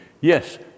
Yes